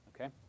okay